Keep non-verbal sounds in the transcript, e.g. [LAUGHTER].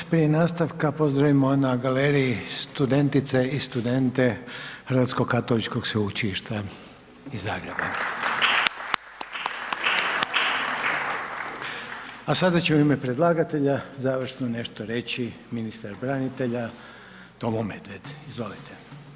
Sad prije nastavka pozdravimo na galeriji studentice i studente Hrvatskog katoličkog sveučilišta iz Zagreba. [APPLAUSE] A sada će u ime predlagatelja završno nešto reći ministar branitelja Tomo Medved, izvolite.